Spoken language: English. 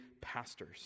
pastors